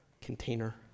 container